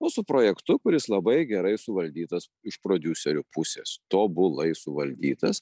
o su projektu kuris labai gerai suvaldytas iš prodiuserių pusės tobulai suvaldytas